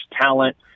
talent